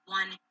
one